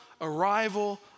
arrival